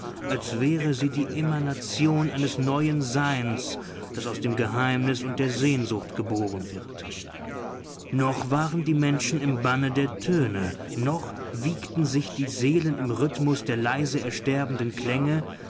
als wäre sie die emanation eines neuen seins das aus dem geheimnis und der sehnsucht geboren wird noch waren die menschen im banne der töne noch wiegten sich die seelen im rhythmus der leise ersterbenden klänge